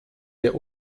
der